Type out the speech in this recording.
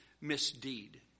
misdeed